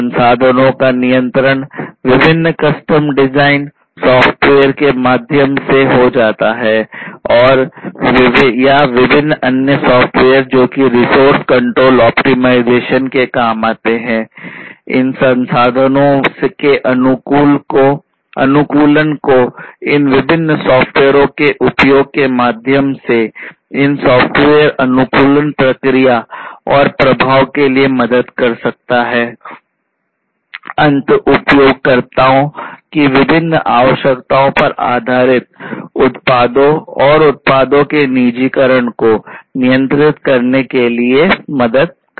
संसाधनों का नियंत्रण विभिन्न कस्टम डिज़ाइन को नियंत्रित करने के लिए मदद कर सकता है